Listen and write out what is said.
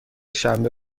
شنبه